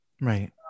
Right